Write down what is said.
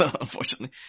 unfortunately